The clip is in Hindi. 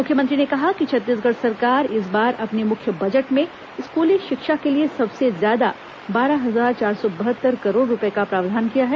मुख्यमंत्री ने कहा कि छत्तीसगढ़ सरकार ने इस बार अपने मुख्य बजट में स्कूली शिक्षा के लिए सबसे ज्यादा बारह हजार चार सौ बहत्तर करोड़ रूपए का प्रावधान किया है